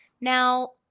Now